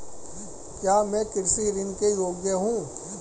क्या मैं कृषि ऋण के योग्य हूँ?